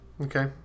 Okay